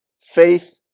faith